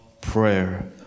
Prayer